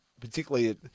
Particularly